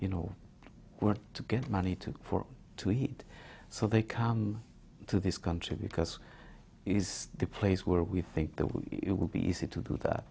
you know where to get money to for to eat so they come to this country because it is the place where we think that would be easy to do that